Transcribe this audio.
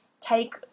take